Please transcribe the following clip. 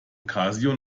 casio